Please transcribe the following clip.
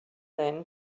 then